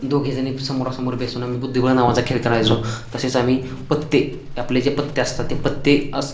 दोघे जणं समोरासमोर बसून आम्ही बुद्धिबळ नावाचा खेळ करायचो तसेच आम्ही पत्ते आपले जे पत्ते असतात ते पत्ते अस